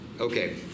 Okay